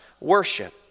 worship